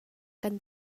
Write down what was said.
kan